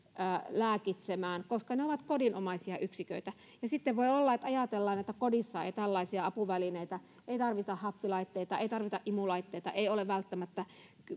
lääkitsemään koska ne ovat kodinomaisia yksiköitä ja sitten voi olla että ajatellaan että kodissa ei tällaisia apuvälineitä tarvita ei tarvita happilaitteita ei tarvita imulaitteita ei ole välttämättä